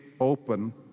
open